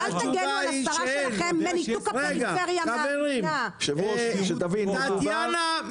ואנחנו במגעים עם משרד התחבורה כדי לקבל את ההשלמות הנדרשות.